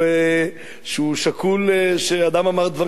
שקול, שאדם אמר דברים טובים, אבל אומרים לך,